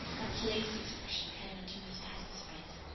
a pleased expression came into miss patty's face.